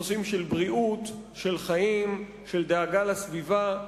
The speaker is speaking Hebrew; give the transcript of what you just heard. נושאים של בריאות, של חיים, של דאגה לסביבה.